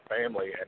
family